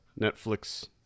Netflix